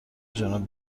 جنوب